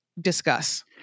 Discuss